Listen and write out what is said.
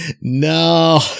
No